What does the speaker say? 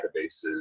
databases